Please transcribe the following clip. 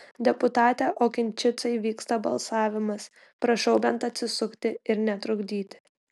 deputate okinčicai vyksta balsavimas prašau bent atsisukti ir netrukdyti